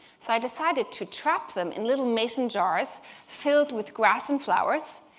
so i decided to trap them in little mason jars filled with grass and flowers,